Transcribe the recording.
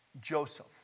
Joseph